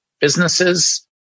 businesses